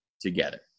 Together